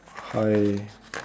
high